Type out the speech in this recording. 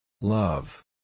Love